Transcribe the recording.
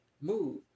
move